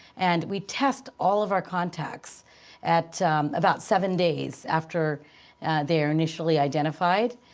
and we test all of our contacts at about seven days after they're initially identified.